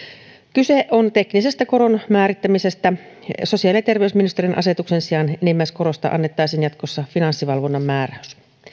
kyse on teknisestä koron määrittämisestä sosiaali ja terveysministeriön asetuksen sijaan enimmäiskorosta annettaisiin jatkossa finanssivalvonnan määräys